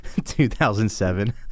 2007